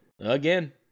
again